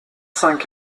cinq